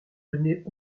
donner